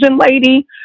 lady